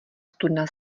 studna